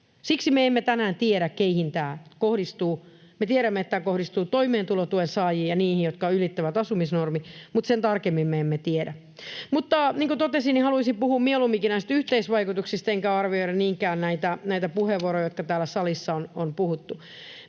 siksi me emme tänään tiedä, keihin tämä kohdistuu. Me tiedämme, että tämä kohdistuu toimeentulotuen saajiin ja niihin, jotka ylittävät asumisnormin, mutta sen tarkemmin me emme tiedä. Mutta niin kuin totesin, haluaisin puhua mieluumminkin näistä yhteisvaikutuksista enkä arvioida niinkään näitä puheenvuoroja, jotka täällä salissa on puhuttu.